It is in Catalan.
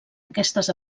aquestes